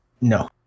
no